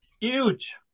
huge